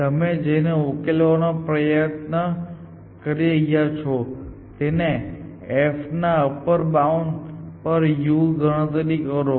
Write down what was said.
તમે જેને ઉકેલવાનો પ્રયાસ કરી રહ્યા છો તેના f ના અપર બાઉન્ડ પર U ની ગણતરી કરો